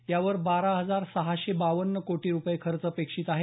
या मोहिमेसाठी बारा हजार सहाशे बावन्न कोटी रुपये खर्च अपेक्षित आहे